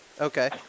Okay